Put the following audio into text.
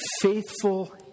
faithful